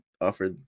offer